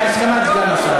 על ציונות.